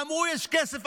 אמרו: יש כסף.